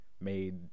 made